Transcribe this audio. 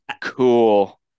cool